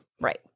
Right